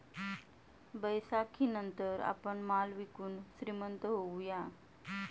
बैसाखीनंतर आपण माल विकून श्रीमंत होऊया